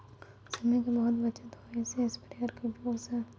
समय के बहुत बचत होय छै स्प्रेयर के उपयोग स